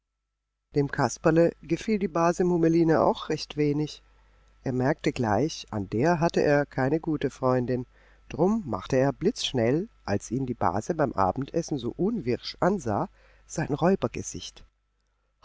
dem kasperle gefiel die base mummeline auch recht wenig er merkte gleich an der hatte er keine gute freundin drum machte er blitzschnell als ihn die base beim abendessen so unwirsch ansah sein